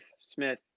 Smith